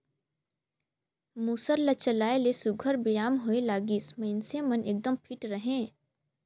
मूसर ल चलाए ले सुग्घर बेयाम होए लागिस, मइनसे मन एकदम फिट रहें